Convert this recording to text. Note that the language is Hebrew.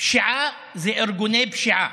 פשיעה זה בעיקר ארגוני פשיעה.